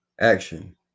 action